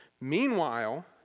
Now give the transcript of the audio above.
Meanwhile